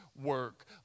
work